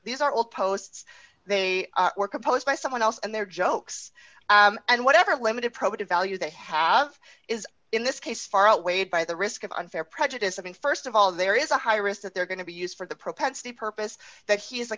these are all posts they were composed by someone else and their jokes and whatever limited probative value they have is in this case far outweighed by the risk of unfair prejudice i mean st of all there is a high risk that they're going to be used for the propensity purpose that he is a